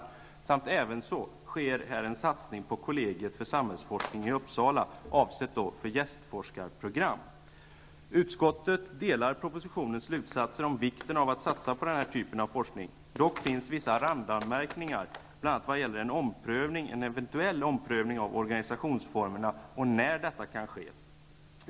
Dessutom sker en forskning på kollegiet för samhällsforskning i Uppsala, avsett för gästforskarprogram. Utskottet delar propositionens slutsatser om vikten av att satsa på den här typen av forskning. Dock finns vissa randanmärkningar, bl.a. vad gäller en ev. omprövning av organisationsformerna och när detta kan ske.